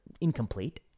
incomplete